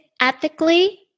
ethically